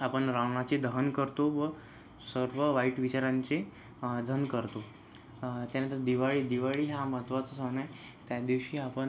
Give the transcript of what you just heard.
आपन रावणाचे दहन करतो व सर्व वाईट विचारांचे दहन करतो त्यानंतर दिवाळी दिवाळी हा महत्त्वाचा सण त्या दिवशी आपण